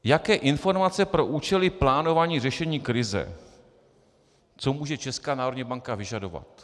Jaké informace pro účely plánování řešení krize co může Česká národní banka vyžadovat.